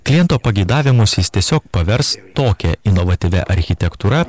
kliento pageidavimus jis tiesiog pavers tokia inovatyvia architektūra